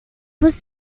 was